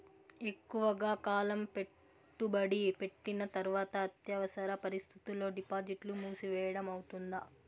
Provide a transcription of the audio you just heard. ఎక్కువగా కాలం పెట్టుబడి పెట్టిన తర్వాత అత్యవసర పరిస్థితుల్లో డిపాజిట్లు మూసివేయడం అవుతుందా?